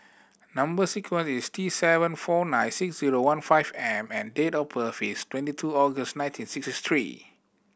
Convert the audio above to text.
number sequence is T seven four nine six zero one five M and date of birth is twenty two August nineteen sixty three